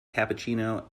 cappuccino